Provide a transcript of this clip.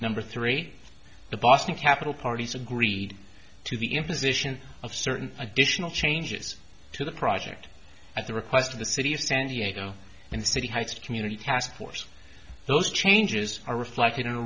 number three the boston capital parties agreed to the imposition of certain additional changes to the project at the request of the city of san diego in the city heights community task force those changes are reflect